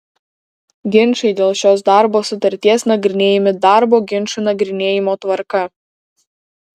ginčai dėl šios darbo sutarties nagrinėjami darbo ginčų nagrinėjimo tvarka